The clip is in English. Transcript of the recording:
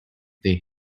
they